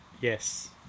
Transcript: Yes